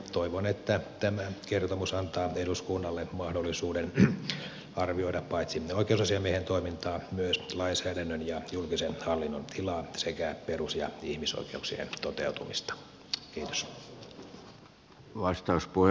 toivon että tämä kertomus antaa eduskunnalle mahdollisuuden arvioida paitsi oikeusasiamiehen toimintaa myös lainsäädännön ja julkisen hallinnon tilaa sekä perus ja ihmisoikeuksien toteutumista